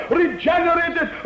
regenerated